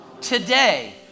Today